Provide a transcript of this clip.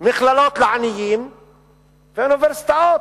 מכללות לעניים ואוניברסיטאות